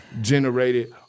Generated